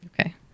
Okay